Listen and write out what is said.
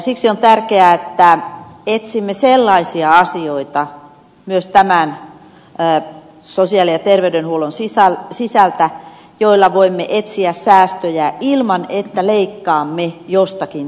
siksi on tärkeää että etsimme sellaisia asioita myös tämän sosiaali ja terveydenhuollon sisältä joilla voimme etsiä säästöjä ilman että leikkaamme jostakin jotakin